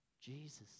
Jesus